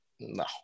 No